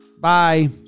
Bye